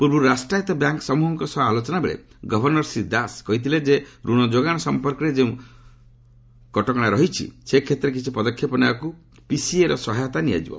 ପୂର୍ବରୁ ରାଷ୍ଟ୍ରାୟତ ବ୍ୟାଙ୍କ୍ ସମ୍ଭହଙ୍କ ସହ ଆଲୋଚନା ବେଳେ ଗଭର୍ଣ୍ଣର ଶ୍ରୀ ଦାସ କହିଥିଲେ ଯେ ଋଣ ଯୋଗାଣ ସମ୍ପର୍କରେ ଯେଉଁ କଟକଣା ରହିଛି ସେ କ୍ଷେତ୍ରରେ କିଛି ପଦକ୍ଷେପ ନେବାକୁ ପିସିଏ ର ସହାୟତା ନିଆଯିବ